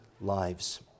lives